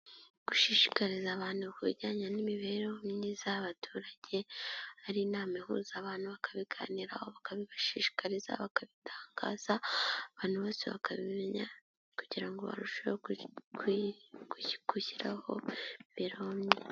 Gushishikariza abantu ku bijyanye n'imibereho myiza y'abaturage, ari inama ihuza abantu bakabiganiraho bakabibashishikariza, bakabitangaza, abantu bose bakabimenya kugira ngo barusheho gushyiraho imirongo.